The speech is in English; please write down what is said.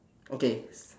okay